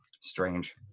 Strange